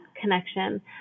connection